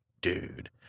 dude